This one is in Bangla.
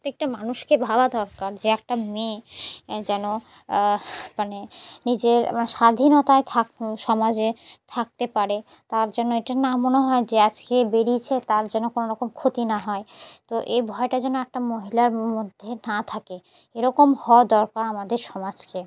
প্রত্যেকটা মানুষকে ভাবা দরকার যে একটা মেয়ে যেন মানে নিজের স্বাধীনতায় থাক সমাজে থাকতে পারে তার যেন এটা না মনে হয় যে আজকে বেরিয়েছে তার যেন কোনোরকম ক্ষতি না হয় তো এই ভয়টা যেন একটা মহিলার মধ্যে না থাকে এরকম হওয়া দরকার আমাদের সমাজকে